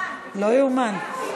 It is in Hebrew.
לא יאומן.